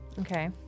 okay